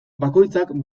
bakoitzak